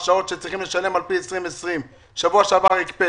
הרשאות שצריך לשלם בשנת 2020. בשבוע שעבר הקפאת.